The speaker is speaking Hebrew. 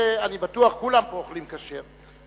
שאני בטוח שכולם פה אוכלים כשר,